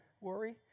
Worry